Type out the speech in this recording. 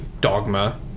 Dogma